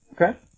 Okay